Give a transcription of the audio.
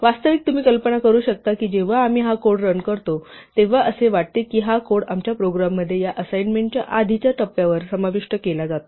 वास्तविक तुम्ही कल्पना करू शकता की जेव्हा आम्ही हा कोड रन करतो तेव्हा असे वाटते की हा कोड आमच्या प्रोग्राममध्ये या असाइनमेंटच्या आधीच्या टप्प्यावर समाविष्ट केला जातो